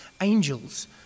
angels